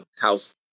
house